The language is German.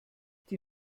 die